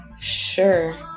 sure